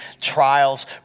trials